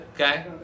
Okay